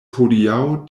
hodiaŭ